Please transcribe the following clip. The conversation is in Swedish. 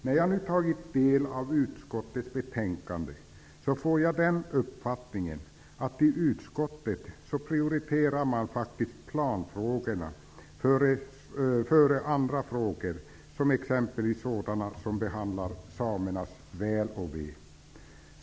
När jag nu tagit del av utskottets betänkande, får jag uppfattningen att man i utskottet prioriterar planfrågorna före sådana frågor som behandlar samernas väl och ve.